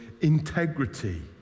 integrity